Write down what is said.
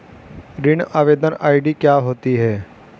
ऋण आवेदन आई.डी क्या होती है?